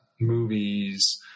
movies